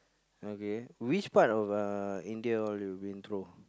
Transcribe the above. okay which part of uh India all you been through